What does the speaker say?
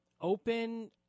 open